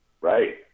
Right